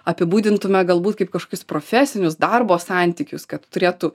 apibūdintume galbūt kaip kažkokius profesinius darbo santykius kad turėtų